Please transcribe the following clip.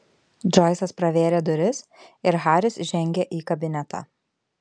džoisas pravėrė duris ir haris žengė į kabinetą